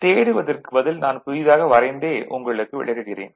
தேடுவதற்குப் பதில் நான் புதிதாக வரைந்தே உங்களுக்கு விளக்குகிறேன்